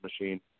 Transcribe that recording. machine